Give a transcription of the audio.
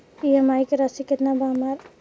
EMI की राशि केतना बा हमर?